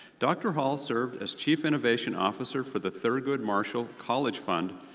dr. hall served as chief innovation officer for the thurgood marshall college fund,